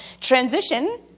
transition